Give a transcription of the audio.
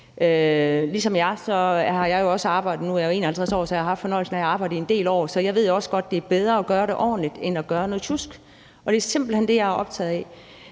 jeg også haft fornøjelsen af at arbejde i en del år, så jeg ved også godt, at det er bedre at gøre det ordentligt end at lave noget sjusk. Og det er simpelt hen det, jeg er optaget af.